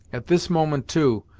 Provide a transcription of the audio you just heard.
at this moment, too,